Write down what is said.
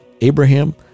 Abraham